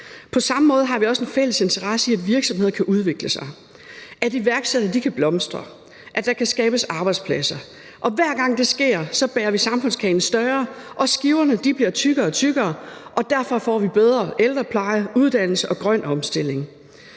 På samme måde har vi også en fælles interesse i, at virksomheder kan udvikle sig, at iværksættere kan blomstre, at der kan skabes arbejdspladser, og hver gang det sker, gør vi samfundskagen større, og skiverne bliver tykkere og tykkere, og derfor får vi bedre ældrepleje, uddannelse og grøn omstilling.